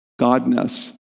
Godness